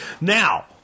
Now